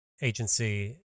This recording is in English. agency